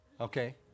okay